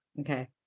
Okay